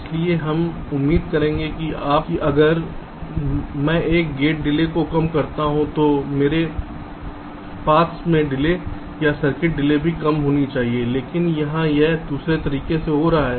इसलिए हम उम्मीद करेंगे कि अगर मैं एक गेट डिले को कम करता हूं तो मेरे रास्ते में डिले या सर्किट डिले भी कम होनी चाहिए लेकिन यहां यह दूसरे तरीके से हो रहा है